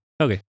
Okay